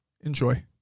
Enjoy